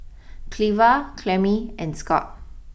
Cleva Clemmie and Scot